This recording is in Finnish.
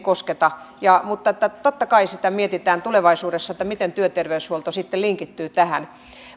kosketa mutta totta kai sitä mietitään tulevaisuudessa miten työterveyshuolto sitten linkittyy tähän